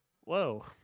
whoa